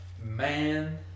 Man